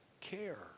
care